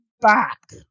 back